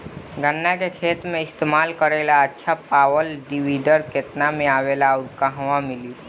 गन्ना के खेत में इस्तेमाल करेला अच्छा पावल वीडर केतना में आवेला अउर कहवा मिली?